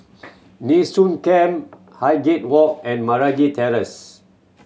Nee Soon Camp Highgate Walk and Meragi Terrace